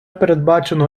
передбачено